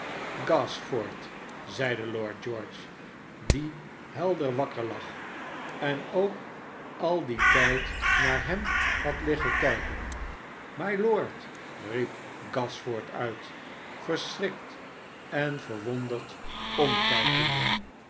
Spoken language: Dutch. gashford zeide lord george die helder wakker lag en ook al dien tijd naar hem had liggen kijken a mylord riep gashford uit verschrikt en verwonderd omkijkende